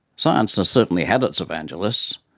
science has certainly had its evangelists,